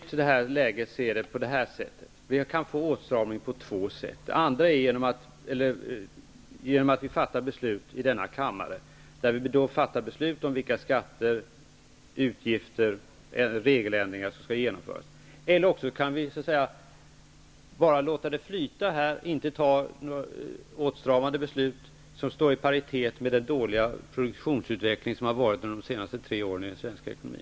Fru talman! I nuvarande läge är det på följande sätt: Vi kan få åtstramning på två sätt. Det ena sättet är att i denna kammare fatta beslut om skatter, utgifter och regeländringar. Det andra sättet är att bara låta allt flyta, dvs. inte fatta några åtstramande beslut som står i paritet med den dåliga produktionsutveckling som har varit under de senaste tre åren i svensk ekonomi.